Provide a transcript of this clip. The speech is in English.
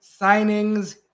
signings